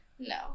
No